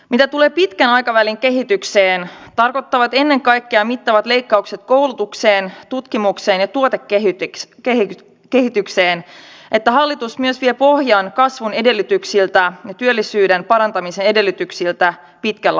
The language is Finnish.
mitä tulee pitkän aikavälin kehitykseen tarkoittavat ennen kaikkea mittavat leikkaukset koulutukseen tutkimukseen ja tuotekehitykseen että hallitus myös vie pohjan kasvun edellytyksiltä ja työllisyyden parantamisen edellytyksiltä pitkällä aikavälillä